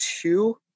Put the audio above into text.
two